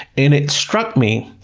and it struck me